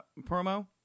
promo